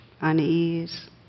unease